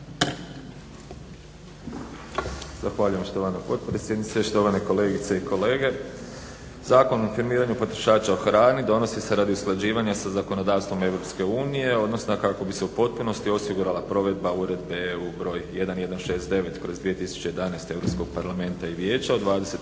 Zahvaljujem štovana potpredsjednice, štovane kolegice i kolege. Zakon o informiranju potrošača o hrani donosi se radi usklađivanja sa zakonodavstvom EU, odnosno kako bi se u potpunosti osigurala provedba Uredbe EU br. 1169/2011 Europskog